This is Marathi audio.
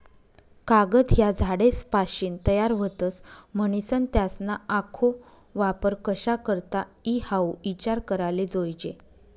कागद ह्या झाडेसपाशीन तयार व्हतस, म्हनीसन त्यासना आखो वापर कशा करता ई हाऊ ईचार कराले जोयजे